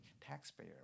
taxpayer